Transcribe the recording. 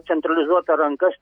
centralizuotą rankas